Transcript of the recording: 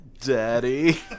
Daddy